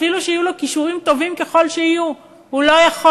אפילו שיהיו לו כישורים טובים ככל שיהיו הוא לא יכול.